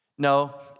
No